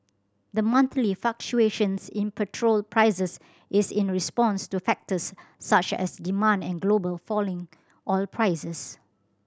the monthly fluctuations in petrol prices is in response to factors such as demand and global falling oil prices